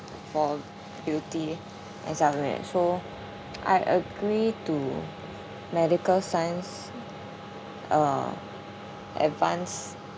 for beauty and self image so I agree to medical science uh advance